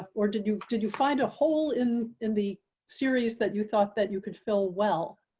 ah or did you did you find a hole in in the series that you thought that you could fill. well,